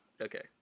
okay